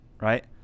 right